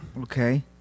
Okay